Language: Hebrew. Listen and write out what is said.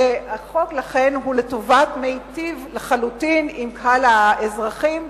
לכן החוק הוא מיטיב לחלוטין עם קהל האזרחים.